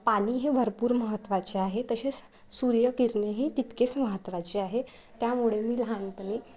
पाणी हे भरपूर मत्त्वाचे आहे तसेच सूर्यकिरणे हे तितकेच महत्त्वाचे आहे त्यामुळे मी लहानपणी